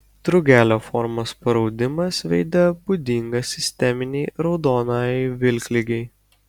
drugelio formos paraudimas veide būdingas sisteminei raudonajai vilkligei